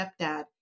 stepdad